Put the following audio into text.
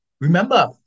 Remember